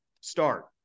start